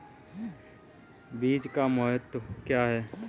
बीज का महत्व क्या है?